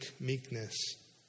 meekness